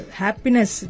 happiness